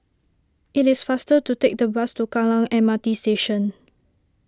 it is faster to take the bus to Kallang M R T Station